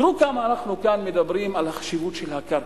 תראו כמה אנחנו כאן מדברים על החשיבות של הקרקע,